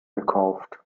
gekauft